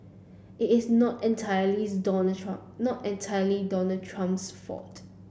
it is not entirely is Donald Trump not entirely Donald Trump's fault